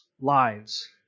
lives